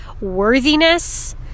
worthiness